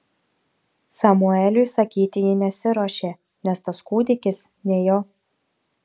samueliui sakyti ji nesiruošė nes tas kūdikis ne jo